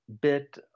bit